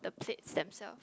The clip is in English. the plates themselves